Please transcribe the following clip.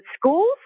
schools